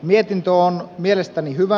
mietintö on mielestäni hyvä